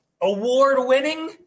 Award-winning